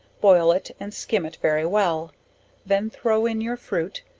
boil it, and skim it very well then throw in your fruit,